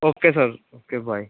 okay sir okay bye